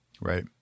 Right